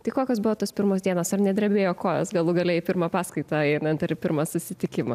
tai kokios buvo tos pirmos dienos ar nedrebėjo kojos galų gale į pirmą paskaitą einant ar į pirmą susitikimą